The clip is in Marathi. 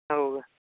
होव का